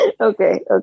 Okay